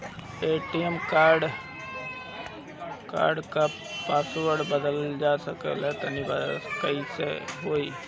ATM card क password बदलल चाहा तानि कइसे होई?